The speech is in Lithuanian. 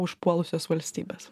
užpuolusios valstybės